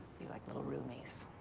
be like little roomies.